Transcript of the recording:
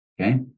Okay